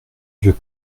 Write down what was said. vieux